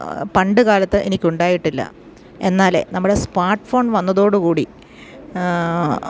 പണ്ടുകാലത്ത് എനിക്കുണ്ടായിട്ടില്ല എന്നാല് നമ്മുടെ സ്മാർട്ട് ഫോൺ വന്നതോടുകൂടി